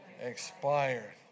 expired